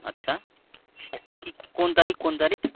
আচ্ছা ঠিক কোন তারিখ কোন তারিখ